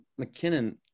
McKinnon